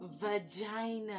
vagina